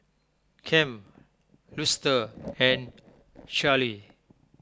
Kem Luster and Charly